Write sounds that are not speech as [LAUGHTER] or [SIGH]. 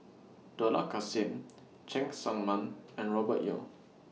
Dollah Kassim [NOISE] Cheng Tsang Man and Robert Yeo